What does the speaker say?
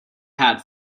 hat